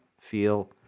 feel